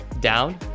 down